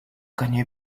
connu